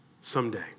someday